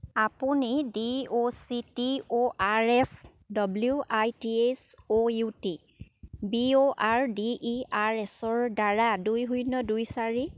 আপুনি D O C T O R S W I T H O U T B O R D E R এচৰ দ্বাৰা দুই শূন্য দুই চাৰি